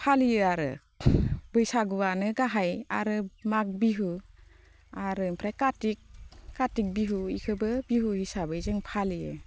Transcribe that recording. फालियो आरो बैसागुआनो गाहाय आरो मागो बिहु आरो ओमफ्राय खाथिक बिहु बेखौबो बिहु हिसाबै जों फालियो